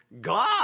God